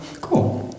Cool